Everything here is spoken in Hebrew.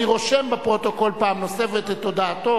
אני רושם בפרוטוקול פעם נוספת את הודעתו